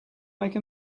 make